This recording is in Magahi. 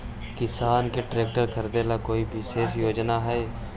किसान के ट्रैक्टर खरीदे ला कोई विशेष योजना हई?